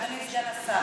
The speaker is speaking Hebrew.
אדוני סגן השר,